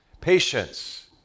Patience